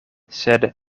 sed